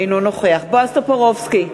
אינו נוכח בועז טופורובסקי,